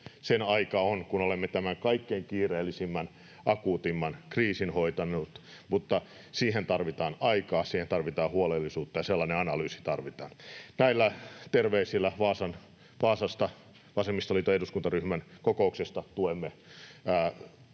Sen aika on, kun olemme tämän kaikkein kiireellisimmän, akuuteimman kriisin hoitaneet, mutta siihen tarvitaan aikaa, siihen tarvitaan huolellisuutta. Sellainen analyysi tarvitaan. Näillä terveisillä Vaasasta vasemmistoliiton eduskuntaryhmän kokouksesta tuemme